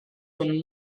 when